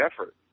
effort